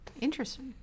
interesting